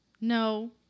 No